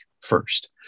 first